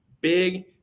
Big